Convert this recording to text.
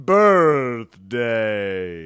birthday